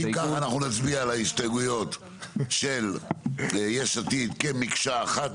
אם כך אנחנו נצביע על ההסתייגויות של יש עתיד כמקשה אחת.